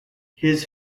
his